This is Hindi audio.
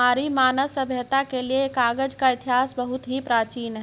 हमारी मानव सभ्यता के लिए कागज का इतिहास बहुत ही प्राचीन है